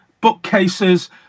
bookcases